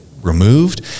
removed